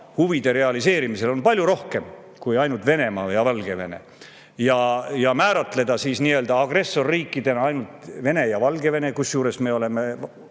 huvide realiseerimiseks, on palju rohkem kui ainult Venemaa ja Valgevene. [Miks] määratleda agressorriikidena ainult Vene ja Valgevene, kusjuures me oleme